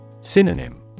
Synonym